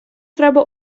треба